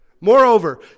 Moreover